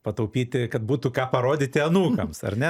pataupyti kad būtų ką parodyti anūkams ar ne